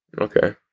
Okay